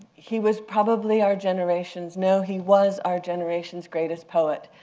he was probably our generation's no, he was our generation's greatest poet,